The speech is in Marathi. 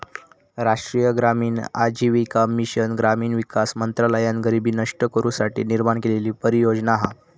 राष्ट्रीय ग्रामीण आजीविका मिशन ग्रामीण विकास मंत्रालयान गरीबी नष्ट करू साठी निर्माण केलेली परियोजना हा